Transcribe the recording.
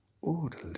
order